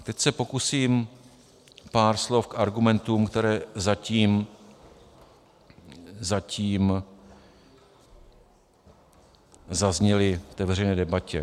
Teď se pokusím pár slov k argumentům, které zatím zazněly v té veřejné debatě.